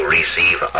receive